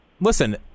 listen